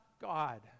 God